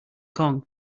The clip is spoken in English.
kong